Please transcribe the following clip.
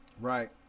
Right